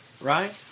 Right